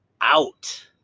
out